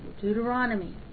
Deuteronomy